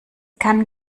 kann